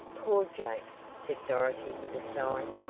poor jake! said dorothy with a sigh.